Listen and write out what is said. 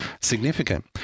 significant